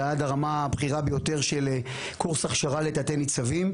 ועד הרמה הבכירה ביותר של קורס הכשרה לתת-ניצבים.